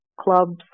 clubs